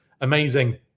Amazing